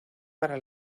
para